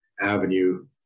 avenue